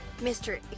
Mr